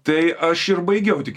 tai aš ir baigiau tik